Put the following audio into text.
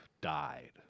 died